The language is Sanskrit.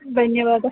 धन्यवादः